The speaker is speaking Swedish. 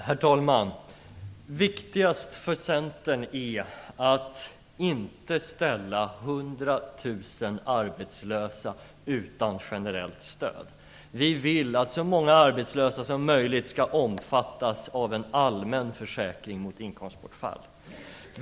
Herr talman! Viktigast för Centern är att inte ställa 100 000 arbetslösa utan generellt stöd. Vi vill att så många arbetslösa som möjligt skall omfattas av en allmän försäkring mot inkomstbortfall.